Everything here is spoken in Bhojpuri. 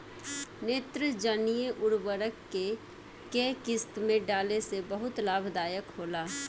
नेत्रजनीय उर्वरक के केय किस्त में डाले से बहुत लाभदायक होला?